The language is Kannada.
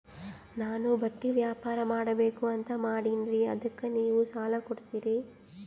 ನಾನು ಬಟ್ಟಿ ವ್ಯಾಪಾರ್ ಮಾಡಬಕು ಅಂತ ಮಾಡಿನ್ರಿ ಅದಕ್ಕ ನೀವು ಸಾಲ ಕೊಡ್ತೀರಿ?